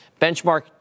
Benchmark